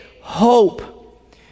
hope